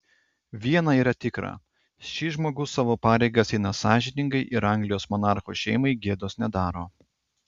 viena yra tikra šis žmogus savo pareigas eina sąžiningai ir anglijos monarchų šeimai gėdos nedaro